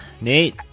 Nate